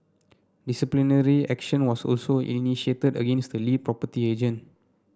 disciplinary action was also initiated against the lead property agent